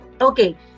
okay